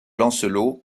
lancelot